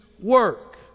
work